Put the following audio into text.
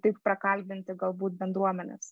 taip prakalbinti galbūt bendruomenes